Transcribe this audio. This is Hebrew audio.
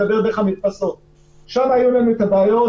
שם היו לנו בעיות.